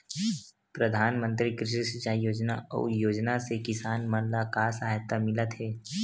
प्रधान मंतरी कृषि सिंचाई योजना अउ योजना से किसान मन ला का सहायता मिलत हे?